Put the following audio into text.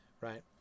right